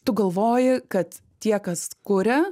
tu galvoji kad tie kas kuria